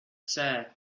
said